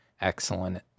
excellent